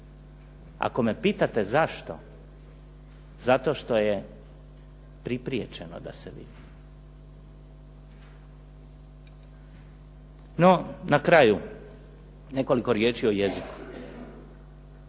Ako me pitate zašto? Zato što je pripriječeno da se vidi. No, na kraju nekoliko riječi o jeziku.